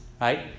right